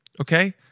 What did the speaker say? Okay